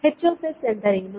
H ಎಂದರೇನು